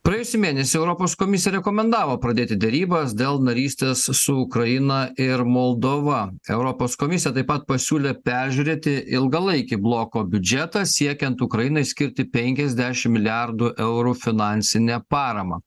praėjusį mėnesį europos komisija rekomendavo pradėti derybas dėl narystės su ukraina ir moldova europos komisija taip pat pasiūlė peržiūrėti ilgalaikį bloko biudžetą siekiant ukrainai skirti penkiasdešim milijardų eurų finansinę paramą